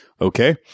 Okay